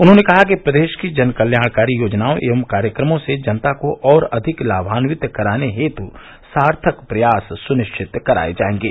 उन्होंने कहा कि प्रदेश की जनकल्याणकारी योजनाओं एवं कार्यक्रमों से जनता को और अधिक लामान्वित कराने हेतु सार्थक प्रयास सुनिश्चित कराये जायेंगे